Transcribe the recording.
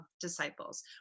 disciples